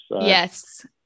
Yes